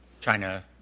China